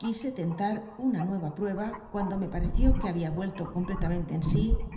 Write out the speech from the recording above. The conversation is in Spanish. quise tentar una nueya prueba cuando me pareció que babia mello completamente en sí